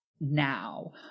now